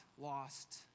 lost